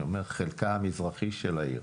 אני אומר חלקה המזרחי של העיר,